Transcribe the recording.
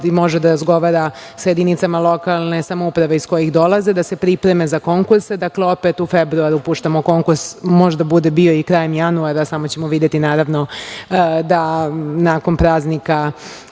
može da razgovara sa jedinicama lokalne samouprave iz kojih dolaze, da se pripreme za konkurse. Dakle, opet u februaru puštamo konkurs. Možda bude bio i krajem januara, samo ćemo videti, naravno, da nakon praznika